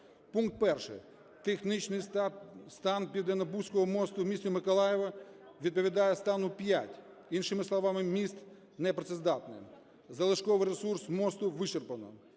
Пункт 1. Технічний стан Південнобузького мосту в місті Миколаєві відповідає стану 5, іншими словами міст непрацездатний. Залишковий ресурс мосту вичерпано.